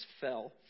fell